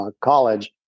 college